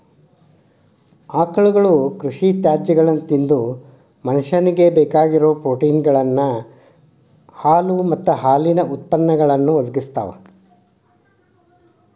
ಆಕಳುಗಳು ಕೃಷಿ ತ್ಯಾಜ್ಯಗಳನ್ನ ತಿಂದು ಮನುಷ್ಯನಿಗೆ ಬೇಕಾಗಿರೋ ಪ್ರೋಟೇನ್ಗಳ ಮೂಲ ಹಾಲು ಮತ್ತ ಹಾಲಿನ ಉತ್ಪನ್ನಗಳನ್ನು ಒದಗಿಸ್ತಾವ